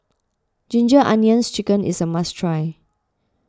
Ginger Onions Chicken is a must try